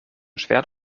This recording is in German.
schwert